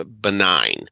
benign